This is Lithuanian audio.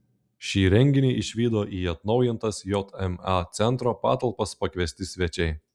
šį reginį išvydo į atnaujintas jma centro patalpas pakviesti svečiai